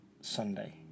Sunday